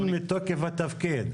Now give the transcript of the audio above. כן מתוקף התפקיד.